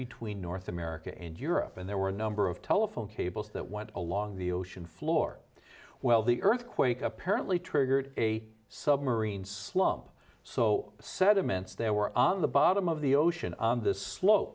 between north america and europe and there were a number of telephone cables that went along the ocean floor well the earthquake apparently triggered a submarine slump so sediments there were on the bottom of the ocean on the slo